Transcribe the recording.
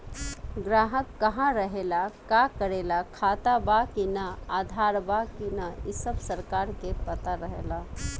ग्राहक कहा रहेला, का करेला, खाता बा कि ना, आधार बा कि ना इ सब सरकार के पता रहेला